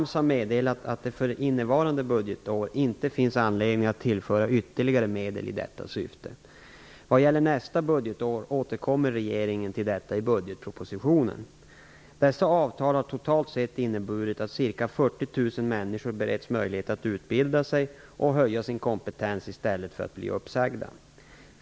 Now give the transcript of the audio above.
AMS har meddelat att det för innevarande budgetår inte finns anledning att tillföra ytterligare medel i detta syfte. Vad gäller nästa budgetår återkommer regeringen till detta i budgetpropositionen. Dessa avtal har totalt sett inneburit att ca 40 000 människor beretts möjlighet att utbilda sig och höja sin kompetens i stället för att bli uppsagda.